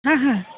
হ্যাঁ হ্যাঁ